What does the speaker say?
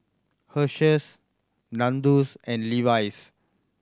Herschel Nandos and Levi's